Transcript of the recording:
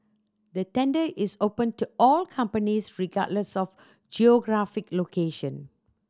the tender is open to all companies regardless of geographic location